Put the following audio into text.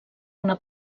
una